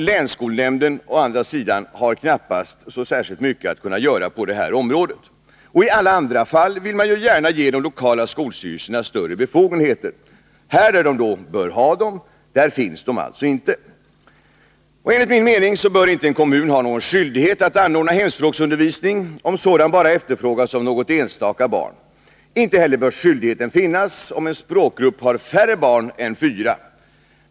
Länsskolnämnden har knappast särskilt mycket att kunna göra på detta område. I alla andra fall vill man ju gärna ge de lokala skolstyrelserna större befogenheter. I detta fall, där de bör ha sådana befogenheter, finns de alltså inte. Enligt min mening bör en kommun inte ha skyldighet att anordna hemspråksundervisning, om sådan bara efterfrågas av något enstaka barn. Inte heller bör skyldigheten finnas om en språkgrupp har färre barn än fyra.